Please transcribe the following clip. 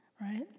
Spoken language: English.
right